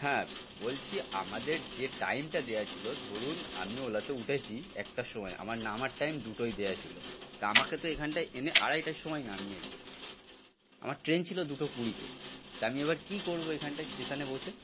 হ্যাঁ বলছি আমাদের যে টাইমটা দেওয়া ছিল ধরুন আমি ওলাতে উঠেছি একটার সময় আমার নামার টাইম দুটোয় দেওয়া ছিল তা আমাকে তো এখানটায় এনে আড়াইটার সময় নামিয়েছে আমার ট্রেন ছিল দুটো কুড়িতে তা আমি এবার কী করব এখানটায় স্টেশনে বসে